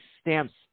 stamps